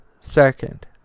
second